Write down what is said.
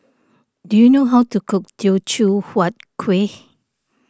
do you know how to cook Teochew Huat Kueh